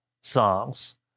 songs